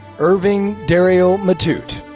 irving dariel matute.